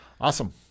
Awesome